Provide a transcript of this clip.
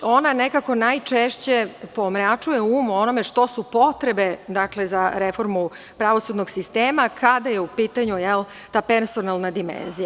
Ona nekako najčešće pomračuje um o onome što su potrebe za reformu pravosudnog sistema kada je u pitanju ta personalna dimenzija.